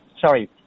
sorry